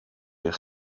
eich